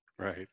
Right